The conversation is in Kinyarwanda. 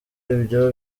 ibyo